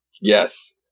Yes